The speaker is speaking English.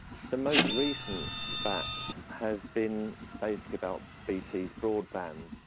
the most recent spat has been basically about bt's broadband.